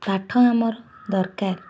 ପାଠ ଆମର ଦରକାର